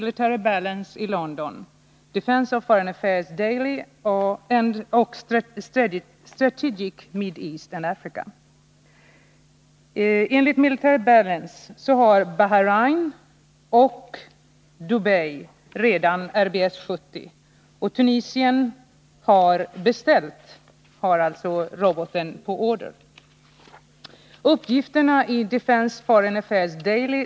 Pålitliga diplomatiska källor och ansvariga chefer hos stora ickesvenska vapenhandlare meddelade oss att affärerna har genomförts. ——— Vi har sett RBS 70 utplacerade i Bahrein vid utbrottet av kriget mellan Iran och Irak, sade en chef i en vapenindustri förra veckan. —-—-- I Dubai sade en diplomatisk källa att det var ”allmänt känt” att RBS 70 hade köpts av Dubais krigsledning. ——— Källor inom vapenindustrin påpekade att ett företag, ägt av en Östasiatisk stat, kan ha varit inblandat i affärerna.)